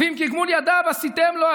" ועם כגמול ידיו עשיתם לו.